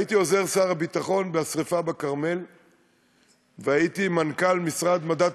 הייתי עוזר שר הביטחון בעת השרפה בכרמל והייתי מנכ"ל משרד המדע,